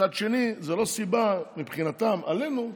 מצד שני, זו לא סיבה מבחינתם, עלינו,